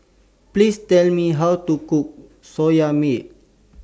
Please Tell Me How to Cook Soya Milk